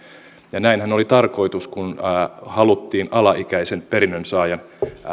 ja näinhän oli tarkoitus kun haluttiin alaikäisen perinnönsaajan